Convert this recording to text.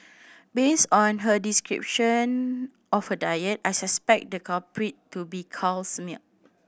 based on her description of her diet I suspected the culprit to be cow's milk